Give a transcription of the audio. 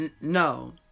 No